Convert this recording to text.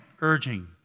urging